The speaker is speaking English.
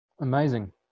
Amazing